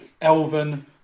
elven